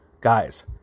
Guys